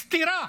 סטירה.